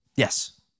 Yes